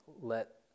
let